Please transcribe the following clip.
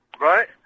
right